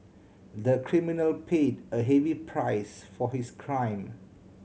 the criminal paid a heavy price for his crime